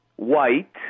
white